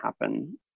happen